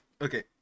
okay